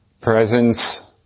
presence